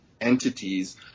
entities